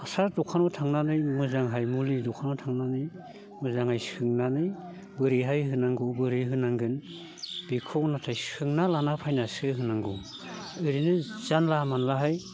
हासार दखानाव थांनानै मोजांयै मुलि दखानाव थांनानै मोजाङै सोंनानै बोरैहाय होनांगौ बोरै होनांगोन बेखौ नाथाय सोंना लाना फैनासो होनांगौ ओरैनो जानला मानलाहाय